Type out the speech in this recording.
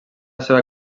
seva